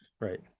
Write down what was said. Right